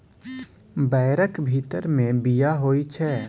बैरक भीतर मे बीया होइ छै